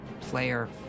player